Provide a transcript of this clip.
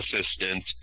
assistance